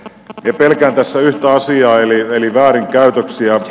pelkään tässä yhtä asiaa eli väärinkäytöksiä